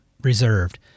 reserved